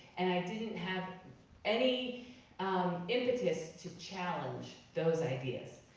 and i didn't have any impetus to challenge those ideas.